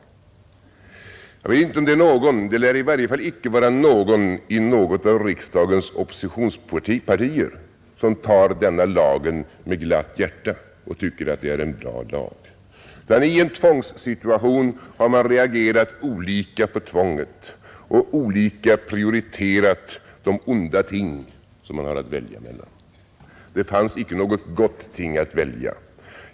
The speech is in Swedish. Jag vet inte om det är någon — det lär i varje fall icke vara någon i något av riksdagens oppositionspartier — som tar denna lag med glatt hjärta och tycker att den är bra. I en tvångssituation har man reagerat olika för tvånget och olika prioriterat de onda ting som man har att välja mellan. Det fanns inte något gott ting att välja.